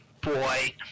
boy